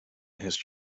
his